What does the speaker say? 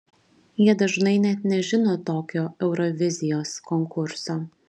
jie dažnai net nežino tokio eurovizijos konkurso